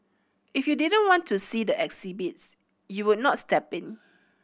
if you didn't want to see the exhibits you would not step in